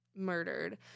murdered